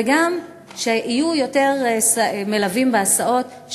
וגם שיהיו יותר מלווים בהסעות,